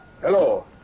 Hello